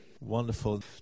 Wonderful